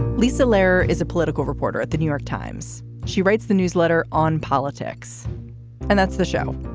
lisa lerer is a political reporter at the new york times. she writes the newsletter on politics and that's the show.